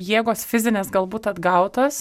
jėgos fizinės galbūt atgautos